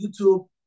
YouTube